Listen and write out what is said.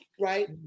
right